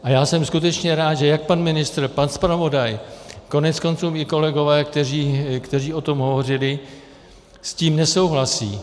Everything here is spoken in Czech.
A já jsem skutečně rád, že jak pan ministr, pan zpravodaj, koneckonců i kolegové, kteří o tom hovořili, s tím nesouhlasí.